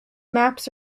maps